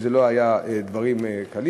וזה לא היה מהדברים הקלים.